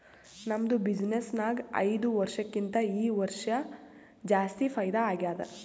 ನಮ್ದು ಬಿಸಿನ್ನೆಸ್ ನಾಗ್ ಐಯ್ದ ವರ್ಷಕ್ಕಿಂತಾ ಈ ವರ್ಷ ಜಾಸ್ತಿ ಫೈದಾ ಆಗ್ಯಾದ್